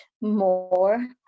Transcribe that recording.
more